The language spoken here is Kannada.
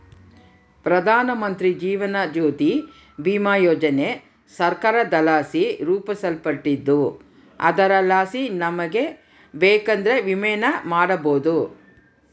ಪ್ರಧಾನಮಂತ್ರಿ ಜೀವನ ಜ್ಯೋತಿ ಭೀಮಾ ಯೋಜನೆ ಸರ್ಕಾರದಲಾಸಿ ರೂಪಿಸಲ್ಪಟ್ಟಿದ್ದು ಅದರಲಾಸಿ ನಮಿಗೆ ಬೇಕಂದ್ರ ವಿಮೆನ ಮಾಡಬೋದು